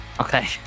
Okay